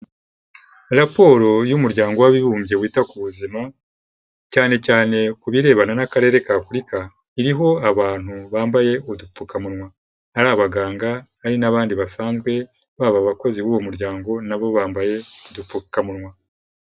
Raporo y'umuryango w'abibumbye wita ku buzima, cyane cyane ku birebana n'akarere ka Afurika, iriho abantu bambaye udupfukamunwa, ari abaganga, hari n'abandi basanzwe, baba abakozi b'uwo muryango na bo bambaye udupfukamunwa.